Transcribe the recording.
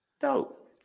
Dope